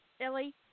Ellie